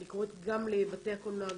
אני קוראת גם לבתי הקולנוע,